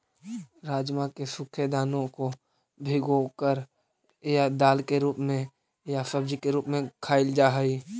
राजमा के सूखे दानों को भिगोकर या दाल के रूप में या सब्जी के रूप में खाईल जा हई